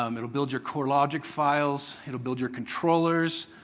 um it'll build your core logic files. it'll build your controllers.